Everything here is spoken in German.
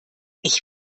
ich